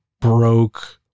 broke